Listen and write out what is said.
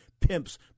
Pimps